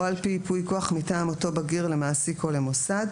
או על פי ייפוי כוח מטעם אותו בגיר למעסיק או למוסד,